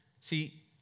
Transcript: See